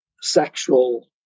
sexual